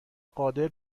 قادر